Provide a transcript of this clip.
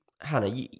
Hannah